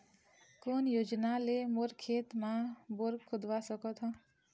कोन योजना ले मोर खेत मा बोर खुदवा सकथों?